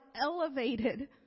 elevated